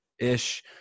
ish